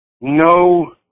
No